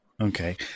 Okay